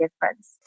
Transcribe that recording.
difference